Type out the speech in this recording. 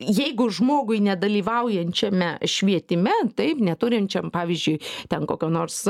jeigu žmogui nedalyvaujančiame švietime taip neturinčiam pavyzdžiui ten kokio nors